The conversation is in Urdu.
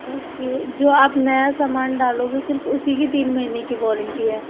اوکے جو آپ نیا سامان ڈالوگے صرف اسی کی تین مہینے کی وارنٹی ہے